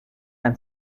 and